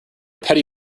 petty